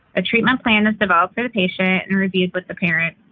a treatment plan is developed for the patient and reviewed with the parent.